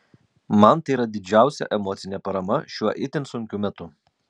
man tai yra didžiausia emocinė parama šiuo itin sunkiu metu